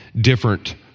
different